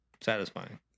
satisfying